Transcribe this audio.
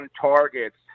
targets